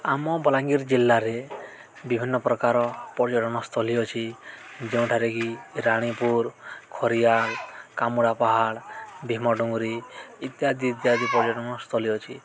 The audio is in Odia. ଆମ ବଲାଙ୍ଗୀର ଜିଲ୍ଲାରେ ବିଭିନ୍ନ ପ୍ରକାର ପର୍ଯ୍ୟଟନସ୍ଥଳୀ ଅଛି ଯେଉଁଠାରେ କିି ରାଣୀପୁର ଖରିଆଲ କାମୁଡ଼ା ପାହାଡ଼ ଭୀମଡୁଙ୍ଗରି ଇତ୍ୟାଦି ଇତ୍ୟାଦି ପର୍ଯ୍ୟଟନସ୍ଥଳୀ ଅଛି